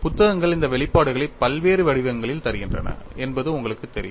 புத்தகங்கள் இந்த வெளிப்பாடுகளை பல்வேறு வடிவங்களில் தருகின்றன என்பது உங்களுக்குத் தெரியும்